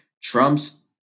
Trump's